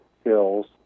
skills